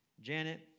Janet